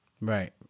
Right